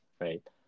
right